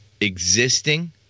existing